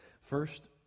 First